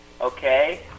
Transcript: Okay